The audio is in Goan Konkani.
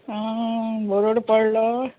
आं बरोड पडलो